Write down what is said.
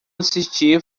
assisti